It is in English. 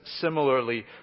similarly